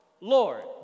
Lord